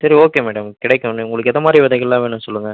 சரி okay madam கிடைக்கும் நி உங்களுக்கு எந்த மாதிரி விதைகளெலாம் வேணும் சொல்லுங்கள்